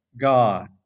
God